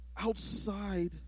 Outside